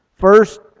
First